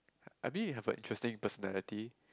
I mean you have a interesting personality